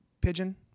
pigeon